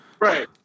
right